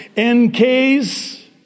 NK's